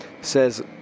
says